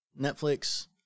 Netflix